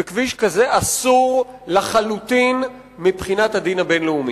וכביש כזה אסור לחלוטין מבחינת הדין הבין-לאומי.